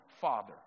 Father